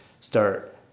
start